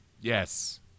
Yes